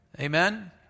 Amen